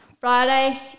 friday